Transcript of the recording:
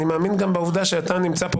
אני מאמין גם בעובדה שאתה נמצא פה,